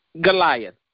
Goliath